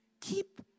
Keep